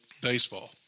baseball